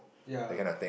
that kind of thing